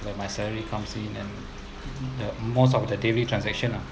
and my salary comes in and the most of the daily transaction lah